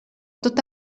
tot